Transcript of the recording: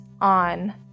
on